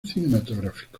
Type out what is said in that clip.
cinematográfico